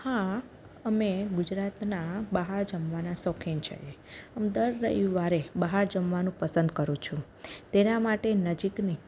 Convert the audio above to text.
હા અમે ગુજરાતના બહાર જમવાના શોખીન છીએ અમ દર રવિવારે બહાર જમવાનું પસંદ કરું છું તેના માટે નજીકની